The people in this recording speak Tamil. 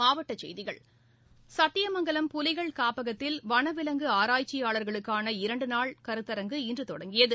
மாவட்ட செய்திகள் சத்தியமங்கலம் புலிகள் காப்பகத்தில் வன விவங்கு ஆராய்ச்சியாளர்களுக்கான இரண்டு நாள் கருத்தரங்கு இன்று தொடங்கியது